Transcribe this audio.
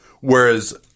whereas –